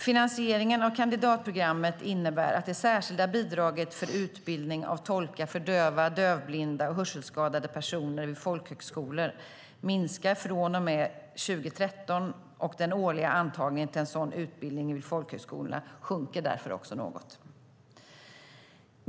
Finansieringen av kandidatprogrammet innebär att det särskilda bidraget för utbildning av tolkar för döva, dövblinda och hörselskadade personer vid folkhögskolor minskar från och med 2013, och den årliga antagningen till sådan utbildning vid folkhögskolorna sjunker därför också något.